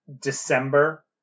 December